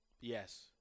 Yes